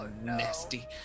nasty